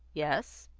yes.